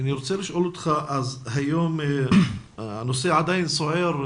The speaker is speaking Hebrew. היום הנושא עדיין סוער.